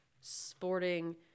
sporting